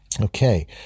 Okay